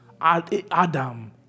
Adam